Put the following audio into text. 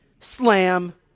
slam